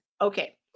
Okay